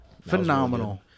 Phenomenal